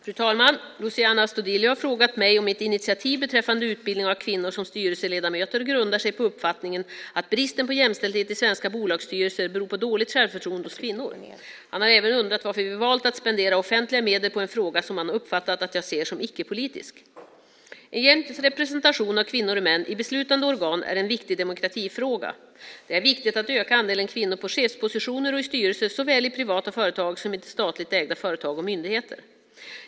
Fru talman! Luciano Astudillo har frågat mig om mitt initiativ beträffande utbildning av kvinnor som styrelseledamöter grundar sig på uppfattningen att bristen på jämställdhet i svenska bolagsstyrelser beror på dåligt självförtroende hos kvinnor. Han har även undrat varför vi valt att spendera offentliga medel på en fråga som han uppfattat att jag ser som icke-politisk. En jämn representation av kvinnor och män i beslutande organ är en viktig demokratifråga. Det är viktigt att öka andelen kvinnor på chefspositioner och i styrelser, såväl i privata företag som i statligt ägda företag och myndigheter.